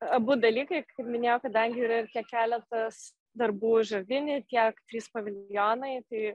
abu dalykai kaip minėjau kadangi yra ir keletas darbų žardini kiek trys paviljonai tai